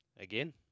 Again